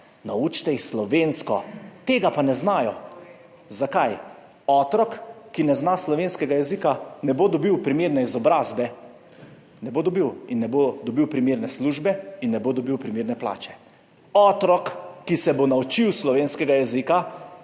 naučite jih slovensko!« Tega pa ne znajo.« Zakaj? Otrok, ki ne zna slovenskega jezika, ne bo dobil primerne izobrazbe, ne bo dobil primerne službe in ne bo dobil primerne plače. Otrok, ki se bo naučil slovenski jezik,